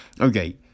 okay